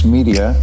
Media